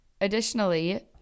Additionally